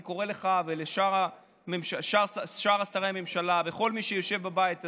אני קורא לך ולשאר שרי הממשלה ולכל מי שיושב בבית הזה: